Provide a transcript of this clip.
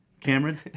Cameron